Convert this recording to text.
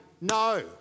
No